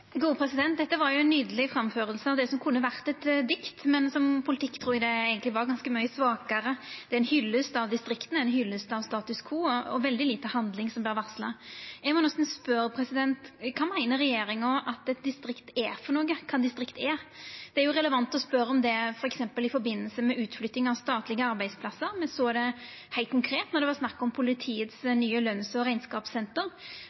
Dette var jo ei nydeleg framføring av det som kunne ha vore eit dikt, men som politikk trur eg det eigentleg var ganske mykje svakare. Det er ei hyllest av distrikta og ei hyllest av status quo, og det er veldig lite handling som vert varsla. Eg må nesten spørja: Kva meiner regjeringa at eit distrikt er for noko – kva er eit distrikt? Det er relevant å spørja om det f.eks. i samband med utflytting av statlege arbeidsplassar. Me såg det heilt konkret då det var snakk om